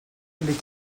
les